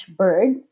bird